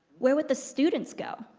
where would the students go,